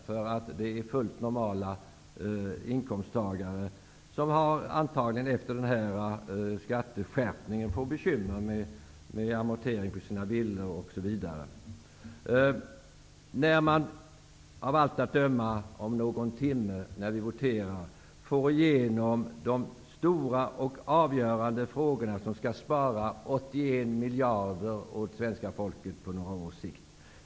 Det gäller här normala inkomsttagare, som efter denna skatteskärpning antagligen får bekymmer med amorteringar på sina villalån osv. Om någon timme när vi voterar går av allt att döma stora och avgörande förslag igenom, som skall spara 81 miljarder åt svenska folket på några års sikt.